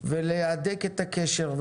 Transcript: ולהדק את הקשר,